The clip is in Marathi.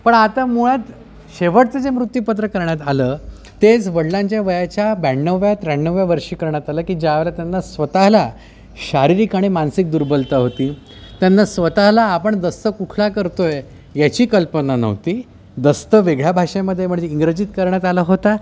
पण आता मुळात शेवटचं जे मृत्यूपत्र करण्यात आलं तेच वडिलांच्या वयाच्या ब्याण्णव्या त्र्याण्णव्या वर्षी करण्यात आलं की ज्यावेळेला त्यांना स्वतःला शारीरिक आणि मानसिक दुर्बलता होती त्यांना स्वतःला आपण दस्त कुठला करतो आहे याची कल्पना नव्हती दस्त वेगळ्या भाषेमध्ये म्हणजे इंग्रजीत करण्यात आला होता